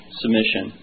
submission